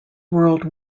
world